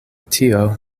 tio